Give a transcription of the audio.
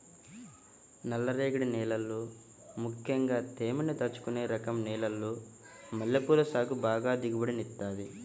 నల్లరేగడి నేలల్లో ముక్కెంగా తేమని దాచుకునే రకం నేలల్లో మల్లెపూల సాగు బాగా దిగుబడినిత్తది